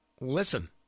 listen